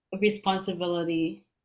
responsibility